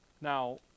now